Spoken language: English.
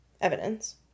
evidence